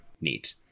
Neat